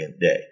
day